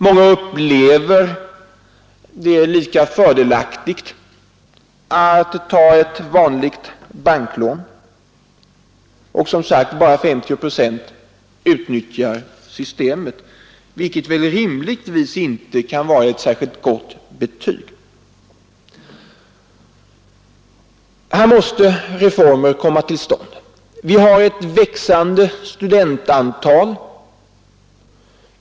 Många upplever det som lika fördelaktigt att ta ett vanligt banklån, och, som sagt, bara 50 procent av studenterna utnyttjar systemet, vilket väl rimligtvis inte kan vara något särskilt gott betyg. Här måste reformer komma till stånd. Vi har ett växande studentantal.